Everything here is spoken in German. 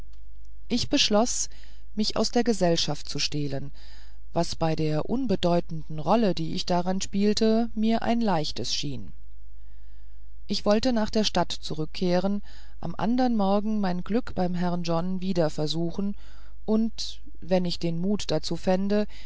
ich beschloß mich aus der gesellschaft zu stehlen was bei der unbedeutenden rolle die ich darinnen spielte mir ein leichtes schien ich wollte nach der stadt zurückkehren am andern morgen mein glück beim herrn john wieder versuchen und wenn ich den mut dazu fände